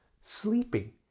sleeping